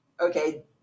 Okay